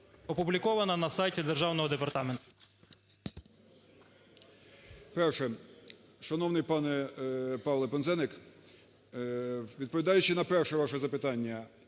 Опублікована на сайті державного департаменту.